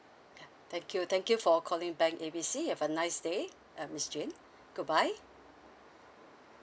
ya thank you thank you for calling bank A B C have a nice day uh miss jane goodbye